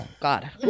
God